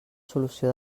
solució